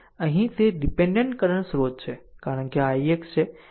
અહીં તે dependent current સ્ત્રોત છે કારણ કે આ ix છે